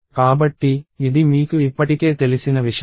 కాబట్టి ఇది మీకు ఇప్పటికే తెలిసిన విషయం